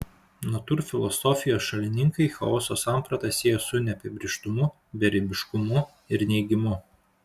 natūrfilosofijos šalininkai chaoso sampratą siejo su neapibrėžtumu beribiškumu ir neigimu